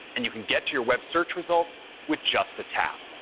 and you can get to your web search results with just a tap.